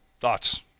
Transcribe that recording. thoughts